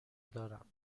دارم